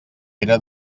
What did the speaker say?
pere